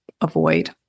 avoid